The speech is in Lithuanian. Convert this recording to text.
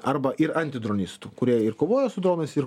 arba ir antidronistų kurie ir kovoja su dronas ir